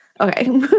Okay